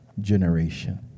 generation